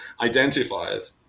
identifiers